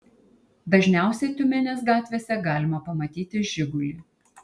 dažniausiai tiumenės gatvėse galima pamatyti žigulį